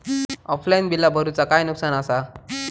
Offline बिला भरूचा काय नुकसान आसा?